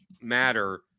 matter